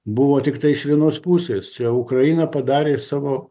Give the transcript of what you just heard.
buvo tiktai iš vienos pusės čia ukraina padarė savo